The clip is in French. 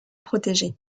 protégé